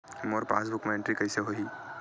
मोर passbook मा entry कइसे होही?